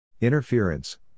Interference